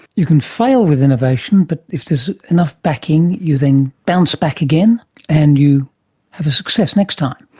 you can fail with innovation but if there's enough backing you then bounce back again and you have a success next time.